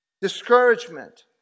Discouragement